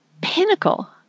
pinnacle